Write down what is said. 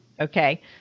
Okay